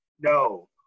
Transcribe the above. no